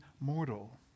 mortal